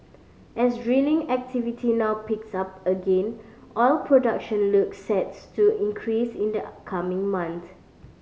as drilling activity now picks up again oil production looks sets to increase in the coming